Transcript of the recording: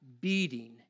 beating